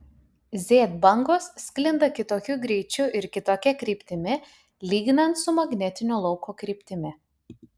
z bangos sklinda kitokiu greičiu ir kitokia kryptimi lyginant su magnetinio lauko kryptimi